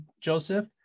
Joseph